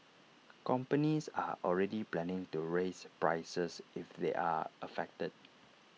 companies are already planning to raise prices if they are affected